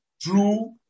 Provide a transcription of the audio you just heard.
true